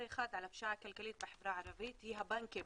אחד על הפשיעה הכלכלית בחברה הערבית הם הבנקים